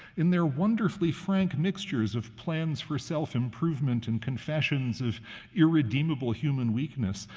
in their wonderfully frank mixtures of plans for self-improvement and confessions of irredeemable human weakness,